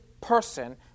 person